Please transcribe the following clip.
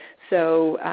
so,